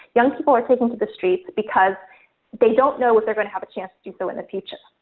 young people are taking to the streets, because they don't know if they're going to have a chance to do so in the future.